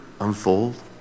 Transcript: unfold